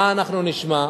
מה אנחנו נשמע?